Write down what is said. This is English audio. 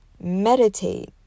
meditate